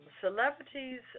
celebrities